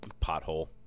pothole